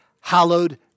hallowed